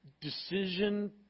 decision